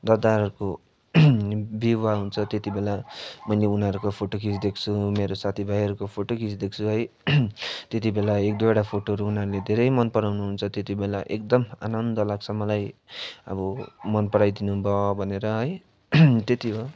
दादाहरूको विवाह हुन्छ त्यति बेला मैले उनीहरूको फोटो खिचिदिएको छु मेरो साथी भाइहरूको फोटो खिचिदिएको छ है त्यति बेला एक दुईवटा फोटोहरू उनीहरूले धेरै मन पराउनु हुन्छ त्यति बेला एकदम आनन्द लाग्छ मलाई अब मन पराइदिनु भयो भनेर है त्यति हो